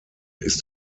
ist